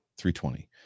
320